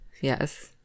Yes